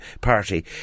party